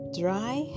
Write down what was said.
dry